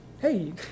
Hey